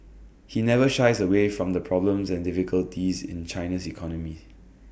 he never shies away from the problems and difficulties in China's economy